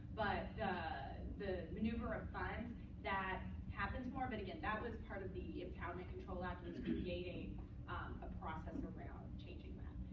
but the maneuver ah of that happens more but again, that was part of the impoundment control act, just creating a process around changing that.